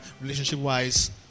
relationship-wise